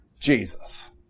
Jesus